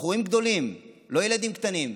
בחורים גדולים, לא ילדים קטנים.